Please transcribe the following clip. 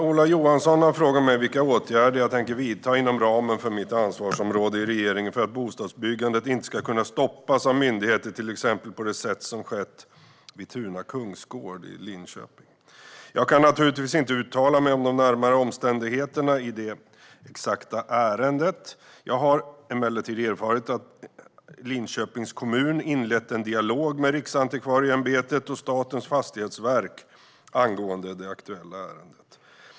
Ola Johansson har frågat mig vilka åtgärder jag tänker vidta inom ramen för mitt ansvarsområde i regeringen för att bostadsbyggande inte ska kunna stoppas av myndigheter, till exempel på det sätt som skett vid Tuna kungsgård i Linköping. Jag kan naturligtvis inte uttala mig om de närmare omständigheterna i det exakta ärendet. Jag har emellertid erfarit att Linköpings kommun inlett en dialog med Riksantikvarieämbetet och Statens fastighetsverk angående det aktuella ärendet.